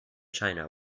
china